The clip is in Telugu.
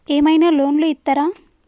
ఏమైనా లోన్లు ఇత్తరా?